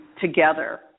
together